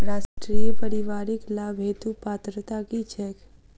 राष्ट्रीय परिवारिक लाभ हेतु पात्रता की छैक